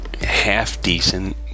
half-decent